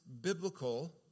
biblical